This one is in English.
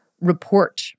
report